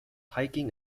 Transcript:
hiking